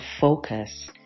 focus